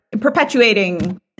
perpetuating